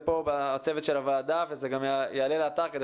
צוות הוועדה כתב אותם והם גם יעלו לאתר כדי